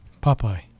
Popeye